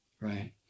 right